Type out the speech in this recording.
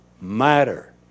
matter